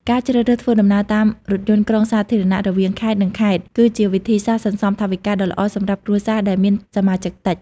ការជ្រើសរើសធ្វើដំណើរតាមរថយន្តក្រុងសាធារណៈរវាងខេត្ត និងខេត្ត គឺជាវិធីសាស្ត្រសន្សំថវិកាដ៏ល្អសម្រាប់គ្រួសារដែលមានសមាជិកតិច។